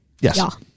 Yes